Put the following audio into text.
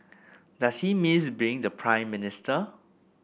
does he miss being the Prime Minister